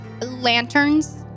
lanterns